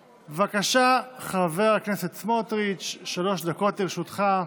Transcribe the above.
בבקשה, חבר הכנסת סמוטריץ', שלוש דקות לרשותך.